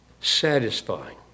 satisfying